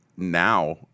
Now